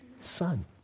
Son